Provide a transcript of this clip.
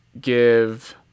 give